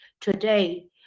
today